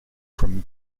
from